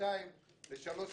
32 לשלוש שנים,